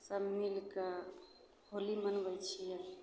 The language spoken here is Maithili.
सभ मिलिके होली मनबै छिए